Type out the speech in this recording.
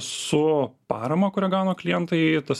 su parama kurią gauna klientai tas